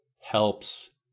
helps